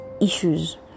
issues